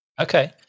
Okay